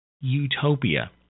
utopia